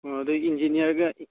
ꯑꯣ ꯑꯗꯣ ꯏꯟꯖꯤꯅꯤꯌꯔꯒ